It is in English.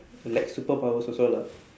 like superpowers also lah